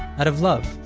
out of love.